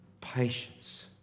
patience